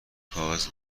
کاغذ